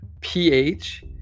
pH